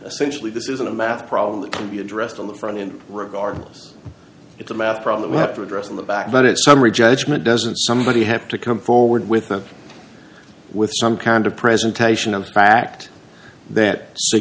especially this isn't a math problem that can be addressed on the front end regardless it's a math problem we have to address in the back but it's summary judgment doesn't somebody have to come forward with a with some kind of presentation of fact that